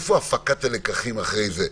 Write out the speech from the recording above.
איפה הפקת הלקחים אחרי זה?